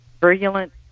virulent